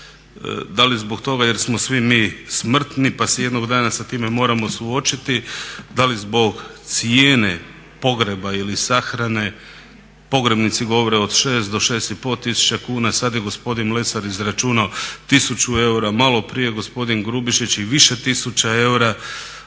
Da li zbog toga jer smo svi mi smrtni pa se jednog dana sa time moramo suočiti, da li zbog cijene pogreba ili sahrane? Pogrebnici govore od 6 do 6,5 tisuća kuna, sad je gospodin Lesar izračunao 1000 eura, maloprije je gospodin Grubišić i više tisuća eura.